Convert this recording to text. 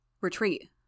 Retreat